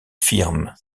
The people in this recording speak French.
firme